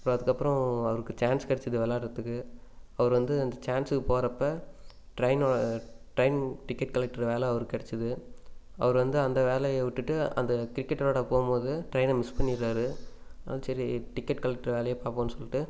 இப்போ அதுக்கப்புறம் அவருக்கு சான்ஸ் கிடச்சுது விளையாட்டுறத்துக்கு அவர் வந்து அந்த சான்ஸுக்கு போறப்போ டிரெயினை டிரெயின் டிக்கெட் கலெக்டர் வேலை அவருக்கு கிடச்சிது அவர் வந்து அந்த வேலையை விட்டுவிட்டு அந்த கிரிக்கெட் விளையாட போம்போது டிரெயினை மிஸ் பண்ணிட்றார் ஆ சரி டிக்கெட் கலெக்டர் வேலையே பார்ப்போன்னு சொல்லிவிட்டு